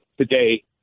today